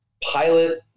pilot